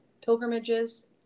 pilgrimages